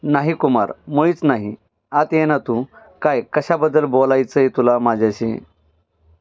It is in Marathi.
नाही कुमार मुळीच नाही आत ये ना तू काय कशाबद्दल बोलायचं आहे तुला माझ्याशी